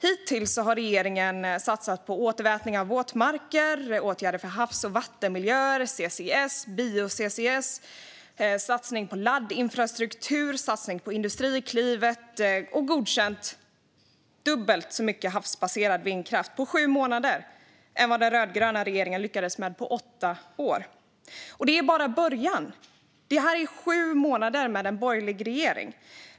Hittills har regeringen satsat på återvätning av våtmarker, åtgärder för havs och vattenmiljöer, CCS, bio-CCS, laddinfrastruktur och Industriklivet och godkänt dubbelt så mycket havsbaserad vindkraft på sju månader som den rödgröna regeringen lyckades med på åtta år. Och det är bara början. Detta är sju månader med en borgerlig regering.